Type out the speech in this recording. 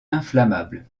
inflammable